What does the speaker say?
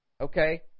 okay